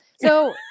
So-